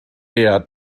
eher